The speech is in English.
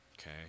Okay